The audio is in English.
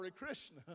Krishna